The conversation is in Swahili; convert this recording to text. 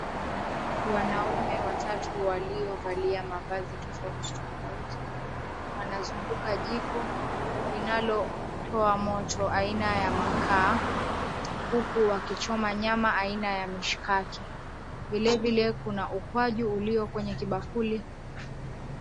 Wanaume watatu waliovalia mavazi tofauti tofauti wanazunguka jiko linalo toa moto aina ya makaa huku wakichoma nyama aina ya mishikaki. Vilevile, kuna ukwaju ulio kwenye kibakuli.